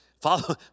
Follow